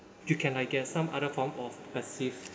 you can uh get some other form of a safe